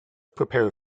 prepare